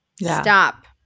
stop